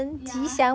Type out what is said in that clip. ya